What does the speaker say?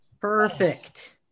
Perfect